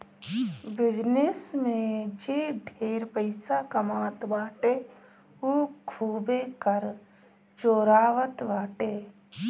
business में जे ढेर पइसा कमात बाटे उ खूबे कर चोरावत बाटे